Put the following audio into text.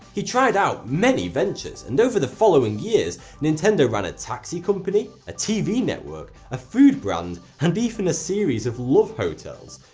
he tried out many ventures and over the following years nintendo ran a taxi company, a tv network, a food brand and even a series of love hotels.